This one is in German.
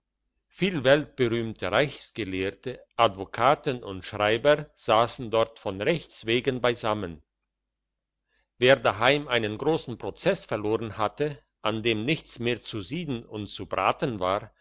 viel weltberühmte rechtsgelehrte advokaten und schreiber sassen dort von rechts wegen beisammen wer daheim einen grossen prozess verloren hatte an dem nichts mehr zu sieden und zu braten war